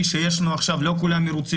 שיש לנו עכשיו לא כולם היו מרוצים,